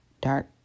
dark